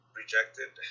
rejected